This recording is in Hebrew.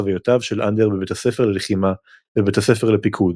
לחוויותיו של אנדר בבית הספר ללחימה ובית הספר לפיקוד.